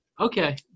okay